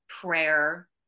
prayer